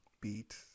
beat